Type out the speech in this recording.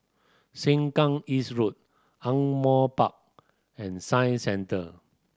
Sengkang East Road Ardmore Park and Science Centre